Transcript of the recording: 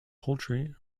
poultry